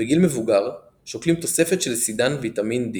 בגיל מבוגר שוקלים תוספת של סידן וויטמין D